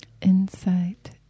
Insight